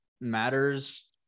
matters